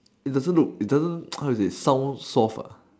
it doesn't look it doesn't how you say sound soft ah